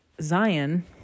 Zion